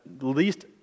least